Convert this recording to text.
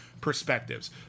perspectives